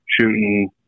shooting